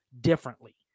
differently